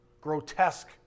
grotesque